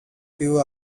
few